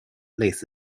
类似